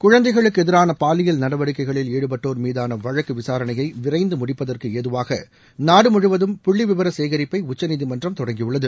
குழந்தைகளுக்கு எதிரான பாலியல் நடவடிக்கைகளில் ஈடுபட்டோர் மீதான வழக்கு விசாரணையை விரைந்து முடிப்பதற்கு ஏதுவாக நாடு முழுவதும் புள்ளிவிவர சேகிப்பை உச்சநீதிமன்றம் தொடங்கியுள்ளது